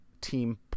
team